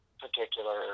particular